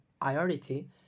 priority